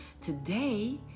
today